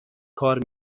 کار